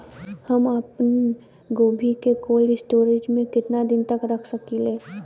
हम आपनगोभि के कोल्ड स्टोरेजऽ में केतना दिन तक रख सकिले?